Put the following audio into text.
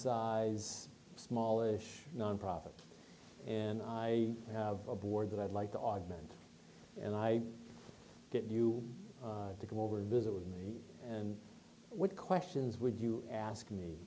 size small ish nonprofit in i have a board that i'd like to augment and i get you to go over visit with me and what questions would you ask me